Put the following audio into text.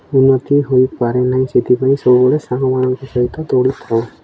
ଉନ୍ନତି ହୋଇପାରେନାହିଁ ସେଥିପାଇଁ ସବୁବେଳେ ସାଙ୍ଗମାନଙ୍କ ସହିତ ଦୌଡ଼ିଥାଉ